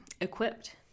equipped